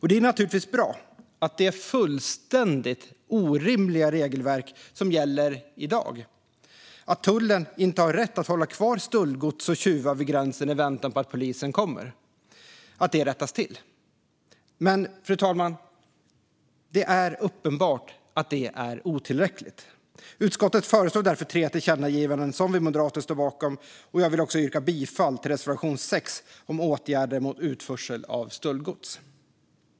Det är naturligtvis bra att det fullständigt orimliga regelverk som gäller i dag - att tullen inte har rätt att hålla kvar stöldgods och tjuvar vid gränsen i väntan på att polisen kommer - rättas till. Men, fru talman, det är uppenbart att det är otillräckligt. Utskottet föreslår därför tre tillkännagivanden som vi moderater står bakom. Jag vill också yrka bifall till reservation 6 om åtgärder mot utförsel av stöldgods.